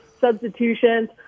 substitutions